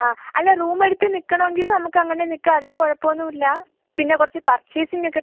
ആ അല്ല റൂമ് എടുത്ത് നിൽക്കണമെങ്കിൽ നമ്മൾക്ക് അങ്ങനെ നിൽക്കാം അതിന് കുഴപ്പമൊന്നും ഇല്ല പിന്നെ കുറച്ച് പർച്ചേസിംഗ് ഒക്കെ